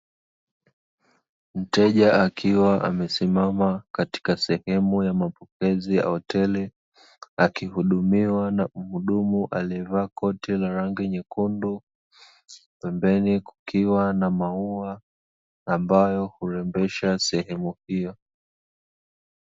Mteja akiwa amesimama katika sehemu ya mapokezi ya hoteli, akihudumiwa na mhudumu aliyeveaa koti la rangi nyekundu, ndani kukiwa na maua, ambayo hurembesha sehemu hiyo.